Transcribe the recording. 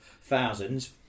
thousands